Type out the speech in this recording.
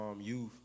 youth